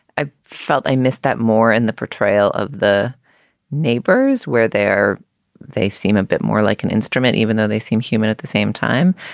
i felt i missed that more. and the portrayal of the neighbors where they're they seem a bit more like an instrument, even though they seem human at the same time.